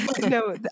no